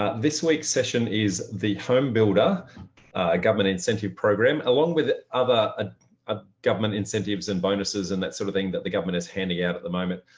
ah this week's session is the homebuilder ah government incentive program along with other ah ah government incentives and bonuses and that sort of thing that the government is handing out at the moment,